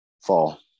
fall